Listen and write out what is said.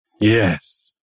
Yes